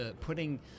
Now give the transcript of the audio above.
putting